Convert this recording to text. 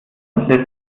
lässt